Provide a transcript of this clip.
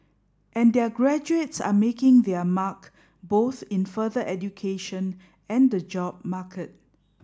and their graduates are making their mark both in further education and the job market